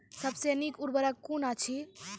सबसे नीक उर्वरक कून अछि?